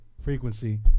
Frequency